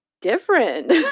different